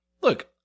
Look